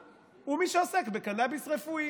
הוא מי שעוסק בקנביס רפואי.